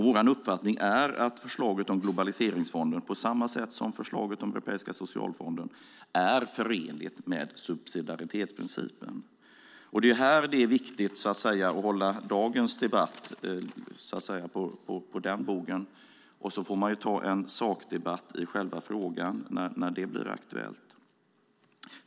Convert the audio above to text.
Vår uppfattning är att förslaget om globaliseringsfonden på samma sätt som förslaget om Europeiska socialfonden är förenligt med subsidiaritetsprincipen. Det är här det är viktigt att hålla dagens debatt på den bogen. Sedan får man ta en sakdebatt i själva frågan när det blir aktuellt.